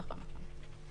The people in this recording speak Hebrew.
יתוקן.